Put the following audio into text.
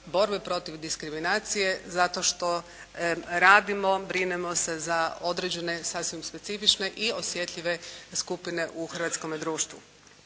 borbe protiv diskriminacije zato što radimo, brinemo se za određene sasvim specifične i osjetljive skupine u hrvatskome društvu.